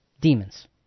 Demons